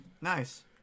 Nice